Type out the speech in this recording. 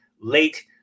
late